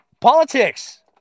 Politics